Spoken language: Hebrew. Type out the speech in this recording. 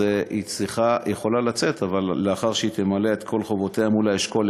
היא יכולה לצאת אבל לאחר שהיא תמלא את כל חובותיה מול האשכול.